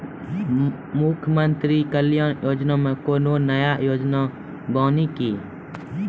मुख्यमंत्री कल्याण योजना मे कोनो नया योजना बानी की?